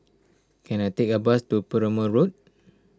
can I take a bus to Perumal Road